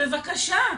בבקשה,